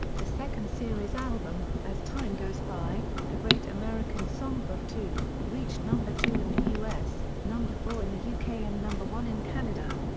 the second series album, as time goes by the great american songbook two, reached number two in the us, number four in the yeah uk and number one in canada.